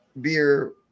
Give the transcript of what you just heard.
beer